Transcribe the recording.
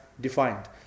defined